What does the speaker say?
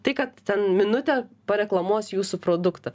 tai kad ten minutę pareklamuos jūsų produktą